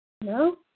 No